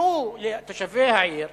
תנו לתושבי העיר